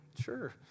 Sure